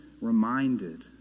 reminded